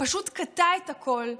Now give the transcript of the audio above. פשוט קטע את הכול.